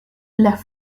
las